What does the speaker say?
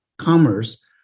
commerce